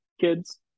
kids